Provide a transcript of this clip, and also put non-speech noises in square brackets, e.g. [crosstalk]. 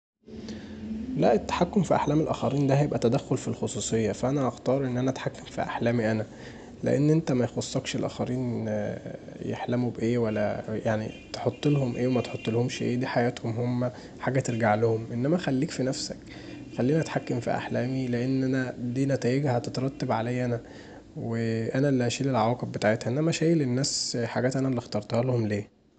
لا التحكم في احلام الآخرين دا هيبقي تدخل في الخصوصيه، فأنا اختار ان انا اتحكم في احلامي انا لان انت ميخصكش الآخرين يحلموا بإيه ولا [noise] تحطلهم ايه ومتحطلهومش ايه دي حياتهم هما حاجه ترجعلهم، انما خليك في نفسك خليني اتحكم في احلامي لان دي نتايجها هتترتب عليا انا وانا اللي هشيل العواقب بتاعتها، لكن اشيل الناس حاجات انا اللي اختارتهالهم ليه.